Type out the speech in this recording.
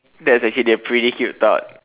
that's actually a pretty cute thought